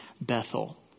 Bethel